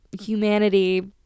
humanity